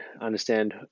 understand